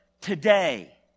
today